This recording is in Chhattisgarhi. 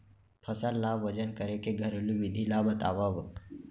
फसल ला वजन करे के घरेलू विधि ला बतावव?